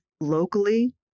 locally